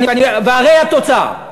והרי התוצאה: